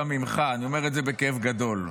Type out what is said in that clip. אני אומר את זה בכאב גדול.